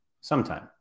Sometime